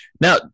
Now